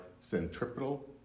centripetal